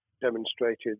demonstrated